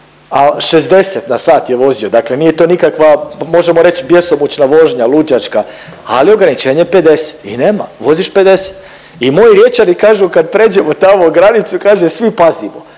Al 60 na sat je vozio, dakle nije to nikakva, pa možemo reć bjesomučna vožnja, luđačka, ali je ograničenje 50 i nema voziš 50. I moji Riječani kažu kad pređemo tamo granicu kaže svi pazimo,